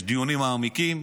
יש דיונים מעמיקים.